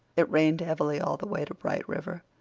it rained heavily all the way to bright river,